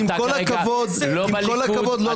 עם כל הכבוד, לא תטיף לי צדק.